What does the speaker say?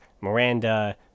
Miranda